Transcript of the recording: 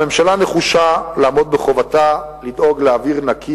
הממשלה נחושה לעמוד בחובתה לדאוג לאוויר נקי